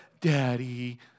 daddy